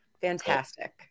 Fantastic